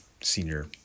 senior